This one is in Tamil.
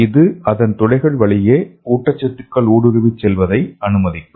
இது அதன் துளைகள் வழியே ஊட்டச்சத்துக்கள் ஊடுருவிச் செல்வதை அனுமதிக்கும்